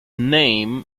name